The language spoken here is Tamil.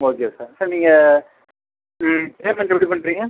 ஓகே சார் சார் நீங்கள் பேமன்ட் எப்படி பண்ணுறீங்க